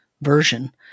version